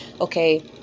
okay